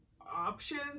options